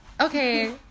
Okay